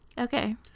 Okay